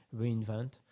reinvent